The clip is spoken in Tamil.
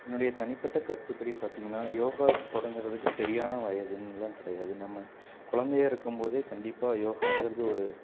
என்னுடைய தனிப்பட்ட கருத்துப்படி பார்த்தீங்கன்னா யோகா தொடங்கிறதுக்கு சரியான வயதுன்லாம் கிடையாது நம்ம குழந்தையா இருக்கும் போதே கண்டிப்பாக யோகாங்கறது ஒரு